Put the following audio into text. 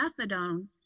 methadone